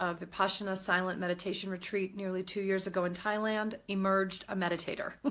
ah vipassana silent meditation retreat nearly two years ago in thailand, emerged a meditator.